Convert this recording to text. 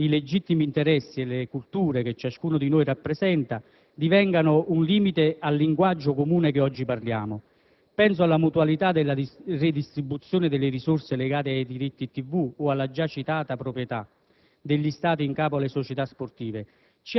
non vorremmo che passata l'emergenza i legittimi interessi e le culture che ciascuno di noi rappresenta divengano un limite al linguaggio comune che oggi parliamo. Penso alla mutualità nella redistribuzione delle risorse legate ai diritti TV, o alla già citata proprietà